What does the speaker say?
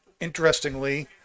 Interestingly